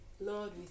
lord